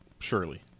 Surely